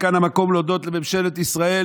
וכאן המקום להודות לממשלת ישראל,